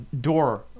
door